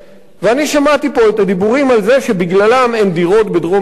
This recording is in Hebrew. ואני שמעתי פה את הדיבורים על זה שבגללם אין דירות בדרום תל-אביב.